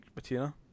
Matina